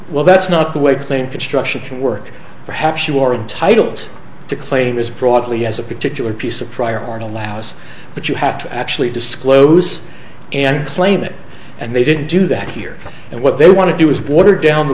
well that's not the way claim construction work perhaps you are entitled to claim as broadly as a particular piece of priority allows but you have to actually disclose and claim it and they didn't do that here and what they want to do is water down t